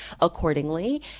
accordingly